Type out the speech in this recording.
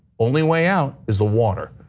only way out is the water.